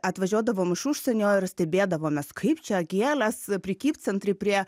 atvažiuodavom iš užsienio ir stebėdavomės kaip čia gėlės prekybcentry prie